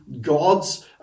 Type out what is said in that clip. God's